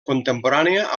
contemporània